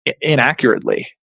inaccurately